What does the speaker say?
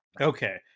okay